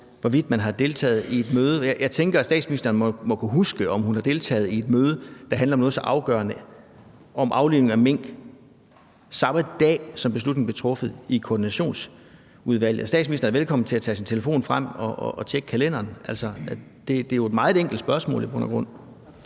hvorvidt man har deltaget i et møde. Jeg tænker, at statsministeren jo må kunne huske, om hun har deltaget i et møde, der handlede om noget så afgørende som om aflivningen af mink, samme dag beslutningen blev truffet i koordinationsudvalget. Statsministeren er velkommen til at tage sin telefon frem og tjekke kalenderen. Det er jo et meget enkelt spørgsmål i bund og grund.